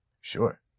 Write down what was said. sure